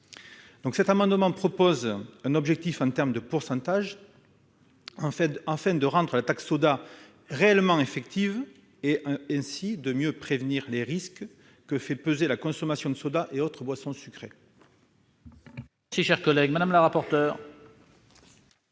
objet de fixer un objectif en termes de pourcentage, afin de rendre la taxe soda pleinement effective et de mieux prévenir les risques que fait peser la consommation de sodas et autres boissons sucrées.